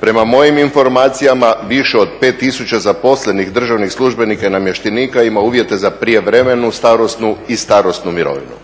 Prema mojim informacijama više od 5 tisuća zaposlenih državnih službenika i namještenika ima uvjete za prijevremenu, starosnu i starosnu imovinu.